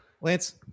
Lance